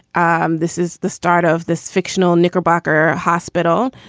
um this is the start of this fictional knickerbocker hospital.